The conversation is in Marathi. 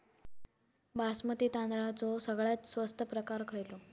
बासमती तांदळाचो सगळ्यात स्वस्त प्रकार खयलो?